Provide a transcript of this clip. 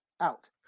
Out